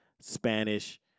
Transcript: Spanish